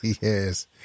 Yes